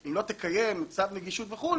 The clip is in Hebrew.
אם לא תקיים צו נגישות וכו',